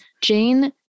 Jane